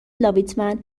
لاویتمن